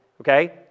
okay